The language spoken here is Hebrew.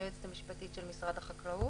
היועצת המשפטית של משרד החקלאות.